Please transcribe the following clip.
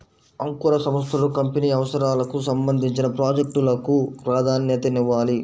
అంకుర సంస్థలు కంపెనీ అవసరాలకు సంబంధించిన ప్రాజెక్ట్ లకు ప్రాధాన్యతనివ్వాలి